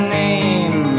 name